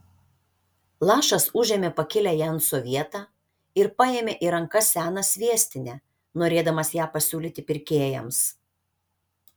lašas užėmė pakilią jenso vietą ir paėmė į rankas seną sviestinę norėdamas ją pasiūlyti pirkėjams